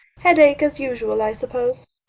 headache as usual, i suppose.